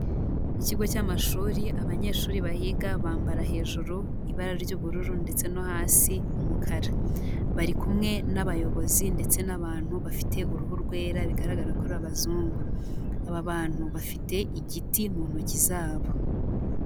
Ikigo cy'amashuri abanyeshuri bahiga bambara hejuru ibara ry'ubururu ndetse no hasi umukara, bari kumwe n'abayobozi ndetse n'abantu bafite uruhu rwera bigaragara ko ari abazungu, aba bantu bafite igiti mu ntoki zabo.